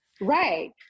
Right